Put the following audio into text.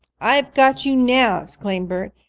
i've got you now! exclaimed bert,